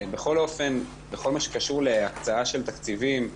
בכל אופן בכל מה שקשור להקצעה של תקציבים,